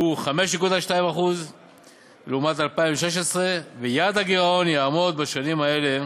הוא 5.2% לעומת 2016. יעד הגירעון יעמוד בשנים האלה,